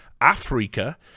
africa